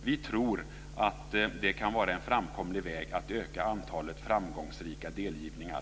Vi tror att det kan vara en framkomlig väg för att öka antalet framgångsrika delgivningar.